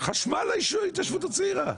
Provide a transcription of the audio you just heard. חשמל להתיישבות הצעירה.